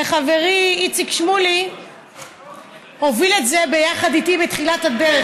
וחברי איציק שמולי הוביל את זה ביחד איתי בתחילת הדרך,